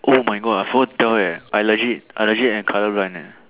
oh my God I forgot to tell you leh I legit I legit am colour blind leh